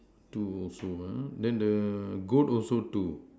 two also ah then the goat also two